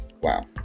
wow